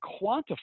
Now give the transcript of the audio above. quantify